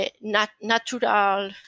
natural